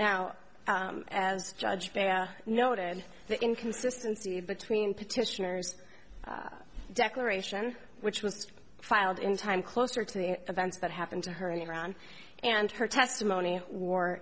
now as judge noted the inconsistency between petitioners declaration which was filed in time closer to the events that happened to her in iran and her testimony w